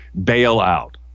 bailout